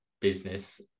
business